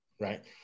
right